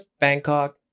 Bangkok